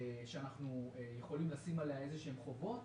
שאנחנו יכולים לשים עליה איזה שהן חובות.